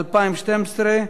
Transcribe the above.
התשע"ב 2012,